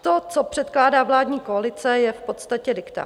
To, co předkládá vládní koalice, je v podstatě diktát.